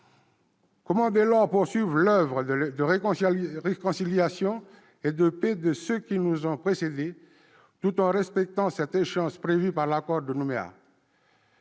Comment, dès lors, poursuivre l'oeuvre de réconciliation et de paix de ceux qui nous ont précédés, tout en respectant cette échéance prévue par l'accord de Nouméa ?